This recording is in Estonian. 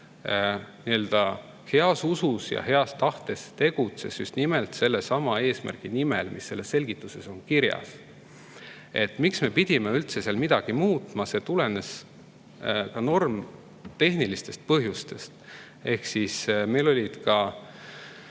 tõepoolest heas usus ja heast tahtest tegutses just nimelt sellesama eesmärgi nimel, mis selles selgituses on kirjas. See, miks me pidime üldse seal midagi muutma, tulenes normitehnilistest põhjustest. Sealsamas komisjonis ka